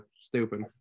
stupid